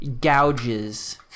gouges